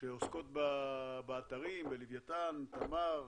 שעוסקות באתרים, בלווייתן, תמר,